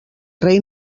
rei